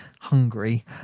hungry